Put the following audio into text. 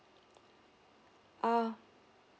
uh